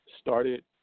started